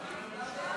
1